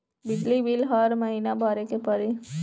बिजली बिल हर महीना भरे के पड़ी?